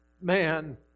man